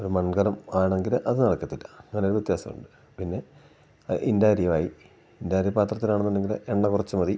ഒരു മൺകലം ആണെങ്കിൽ അത് നടക്കത്തില്ല അങ്ങനെ ഒരു വ്യത്യാസമുണ്ട് പിന്നെ ഇൻ്റാരിയ ആയി ഇൻറ്റാരിയ പാത്രത്തിലാണ് എന്നുണ്ടെങ്കിൽ എണ്ണ കുറച്ചു മതി